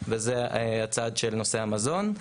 וזה הצעד של נושא המזון,